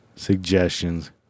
suggestions